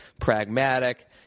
pragmatic